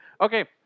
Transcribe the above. Okay